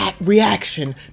reaction